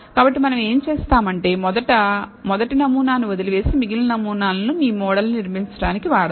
కాబట్టిమనం ఏమి చేస్తాము అంటే మొదట మొదటి నమూనాను వదిలివేసి మిగిలిన నమూనాలను మీ మోడల్ ను నిర్మించడానికి వాడదాం